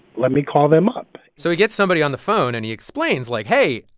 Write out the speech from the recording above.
let me call them up so he gets somebody on the phone. and he explains, like, hey,